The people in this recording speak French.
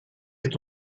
est